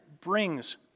brings